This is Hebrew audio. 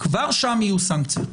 כבר שם יהיו סנקציות.